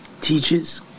teaches